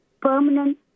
permanent